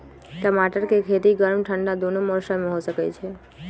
टमाटर के खेती गर्म ठंडा दूनो मौसम में हो सकै छइ